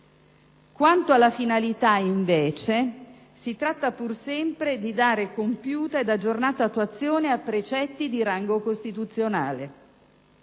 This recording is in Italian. Quanto alla finalità, invece, si tratta pur sempre di dare compiuta ed aggiornata attuazione a precetti di rango costituzionale.